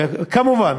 וכמובן